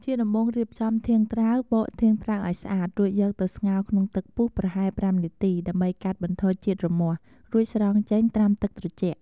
ជាដំបូង រៀបចំធាងត្រាវ បកធាងត្រាវឱ្យស្អាត រួចយកទៅស្ងោរក្នុងទឹកពុះប្រហែល ៥ នាទីដើម្បីកាត់បន្ថយជាតិរមាស់ រួចស្រង់ចេញត្រាំទឹកត្រជាក់។